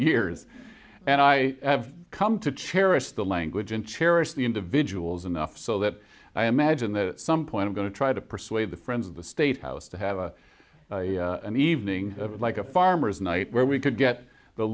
years and i have come to cherish the language and cherish the individuals enough so that i imagine that some point i'm going to try to persuade the friends of the state house to have an evening like a farmer's night where we could get the